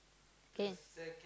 can